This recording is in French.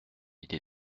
idée